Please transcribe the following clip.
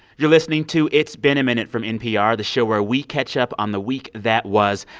you're listening to it's been a minute from npr, the show where we catch up on the week that was.